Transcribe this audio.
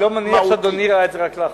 אני לא מניח שאדוני ראה את זה רק לאחרונה,